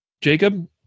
Jacob